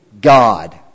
God